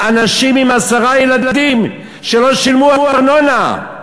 אנשים עם עשרה ילדים שלא שילמו ארנונה.